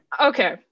Okay